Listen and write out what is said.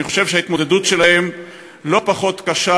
אני חושב שההתמודדות שלהם לא פחות קשה,